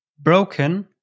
broken